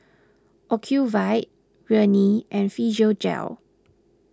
Ocuvite Rene and Physiogel